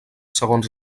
segons